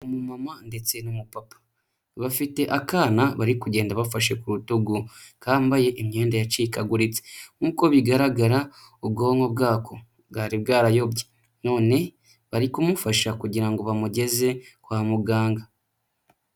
Umumama ndetse n'umupapa bafite akana bari kugenda bafashe ku rutugu kambaye imyenda yacikaguritse, nk'uko bigaragara ubwonko bwako bwari bwarayobye, none bari kumufasha kugira ngo bamugeze kwa muganga.